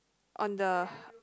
on the